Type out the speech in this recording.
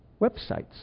websites